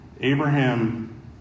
Abraham